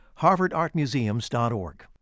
harvardartmuseums.org